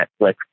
Netflix